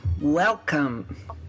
Welcome